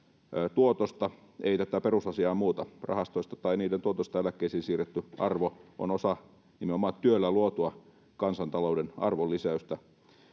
tuotosta ei tätä perusasiaa muuta rahastoista tai niiden tuotosta eläkkeisiin siirretty arvo on osa nimenomaan työllä luotua kansantalouden arvonlisäystä